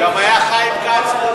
גם היה חיים כץ מול ברק.